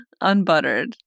Unbuttered